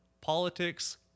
politics